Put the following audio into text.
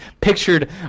pictured